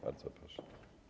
Bardzo proszę.